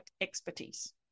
expertise